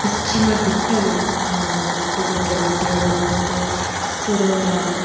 ಪಶ್ಚಿಮ ಘಟ್ಟಗಳು ದೊಡ್ಡ ದೊಡ್ಡ ಬೆಟ್ಟಗಳು ಮತ್ತು ಸರೋವರ